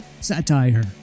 satire